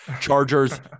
Chargers